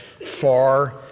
far